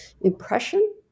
impression